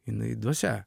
jinai dvasia